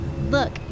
Look